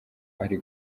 ari